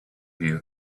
you